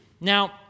Now